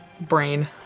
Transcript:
brain